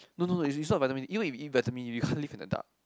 no no no it's not Vitamin D even if you eat Vitamin D you can't live in the dark